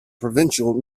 provincial